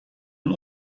ons